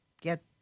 get